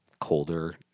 colder